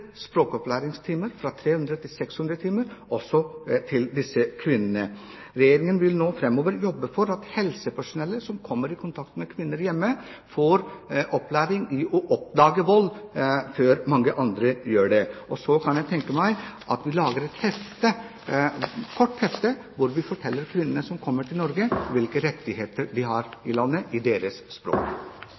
fra 300 til 600 timer, også til disse kvinnene. Regjeringen vil nå framover jobbe for at helsepersonellet som kommer i kontakt med kvinner hjemme, får opplæring i å oppdage vold før mange andre gjør det. Så kan jeg tenke meg at vi lager et lite hefte hvor vi forteller kvinnene som kommer til Norge, hvilke rettigheter de har i landet – på deres eget språk.